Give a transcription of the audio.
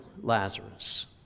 Lazarus